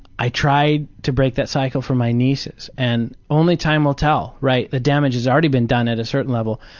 i tried to break that cycle for my nieces and only time will tell, right? the damage has already been done at a certain level,